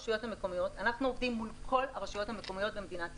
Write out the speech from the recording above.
אנחנו עובדים מול כל הרשויות המקומיות במדינת ישראל,